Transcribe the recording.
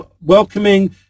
welcoming